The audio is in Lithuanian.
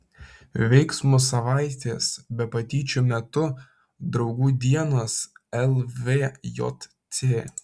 veiksmo savaitės be patyčių metu draugų dienos lvjc